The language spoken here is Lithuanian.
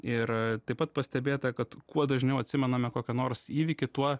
ir taip pat pastebėta kad kuo dažniau atsimename kokį nors įvykį tuo